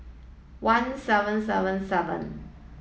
one seven seven seven